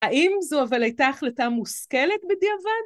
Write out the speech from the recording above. האם זו אבל הייתה החלטה מושכלת בדיעבד?